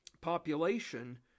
population